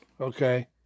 okay